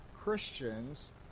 christians